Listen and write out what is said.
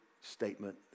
statement